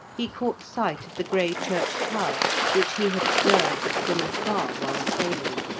he caught sight of the grey church tower which he had observed from afar while sailing.